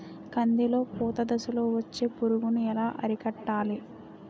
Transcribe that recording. కందిలో పూత దశలో వచ్చే పురుగును ఎలా అరికట్టాలి?